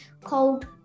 called